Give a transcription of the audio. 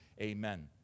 Amen